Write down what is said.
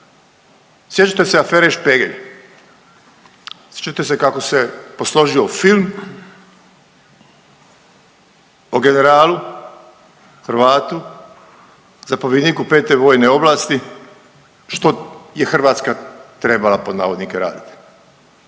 Sjećate se afere Špegelj. Sjećate se kako se posložio film o generalu, Hrvatu, zapovjedniku 5. vojne oblasti što je Hrvatska trebala pod navodnike raditi.